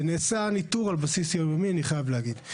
נעשה ניטור על בסיס יום-יומי, אני חייב להגיד.